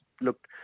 looked